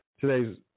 Today's